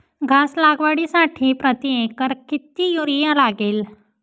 घास लागवडीसाठी प्रति एकर किती युरिया लागेल?